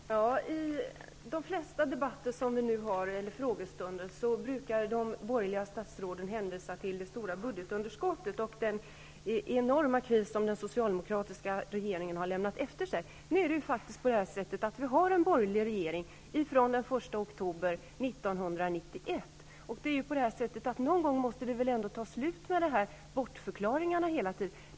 Fru talman! I de flesta frågestunder som vi nu har hänvisar de borgerliga statsråden till det stora budgetunderskottet och den enorma kris som den socialdemokratiska regeringen lämnat efter sig. Nu är det ju faktiskt så att vi har en borgerlig regering sedan den 1 oktober 1991, och någon gång måste väl ändå de här bortförklaringarna ta slut!